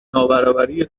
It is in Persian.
نابرابری